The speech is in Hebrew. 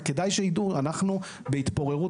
וכדאי שיידעו: אנחנו בהתפוררות,